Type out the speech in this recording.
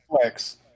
flex